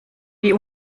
wie